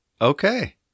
okay